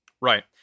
Right